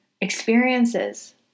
experiences